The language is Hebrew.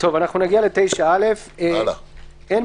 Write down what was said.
אנחנו נגיע ל-9(א), עמ'